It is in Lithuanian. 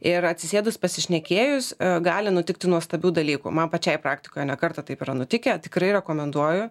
ir atsisėdus pasišnekėjus gali nutikti nuostabių dalykų man pačiai praktikoje ne kartą taip yra nutikę tikrai rekomenduoju